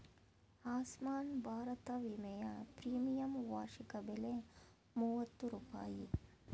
ಆಸ್ಮಾನ್ ಭಾರತ ವಿಮೆಯ ಪ್ರೀಮಿಯಂ ವಾರ್ಷಿಕ ಬೆಲೆ ಮೂವತ್ತು ರೂಪಾಯಿ